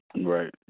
right